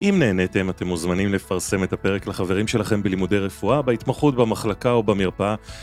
אם נהניתם, אתם מוזמנים לפרסם את הפרק לחברים שלכם בלימודי רפואה, בהתמחות במחלקה או במרפאה.